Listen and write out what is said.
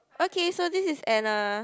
okay so this is Anna